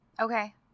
Okay